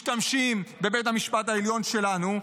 משתמשים בבית המשפט העליון שלנו,